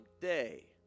day